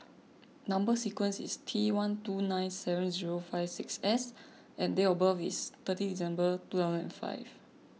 Number Sequence is T one two nine seven zero five six S and date of birth is thirty December two thousand and five